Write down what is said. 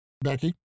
Becky